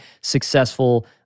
successful